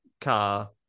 car